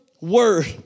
word